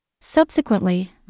Subsequently